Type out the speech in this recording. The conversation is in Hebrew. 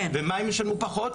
ומה הם ישלמו פחות?